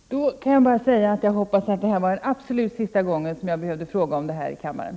Herr talman! Jag kan då bara säga att jag hoppas att det här var den definitivt sista gången som jag behövde ta upp den här frågan i kammaren.